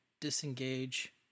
disengage